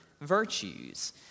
virtues